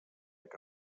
que